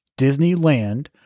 Disneyland